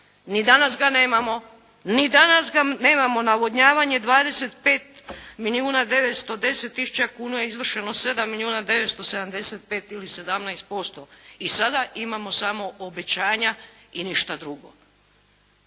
Ni danas ga nemamo. Ni danas nemamo navodnjavanje. 25 milijuna 910 tisuća kuna, je izvršeno 7 milijuna 975 ili 17%. I sada imamo samo obećanja i ništa drugo.